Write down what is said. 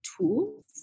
tools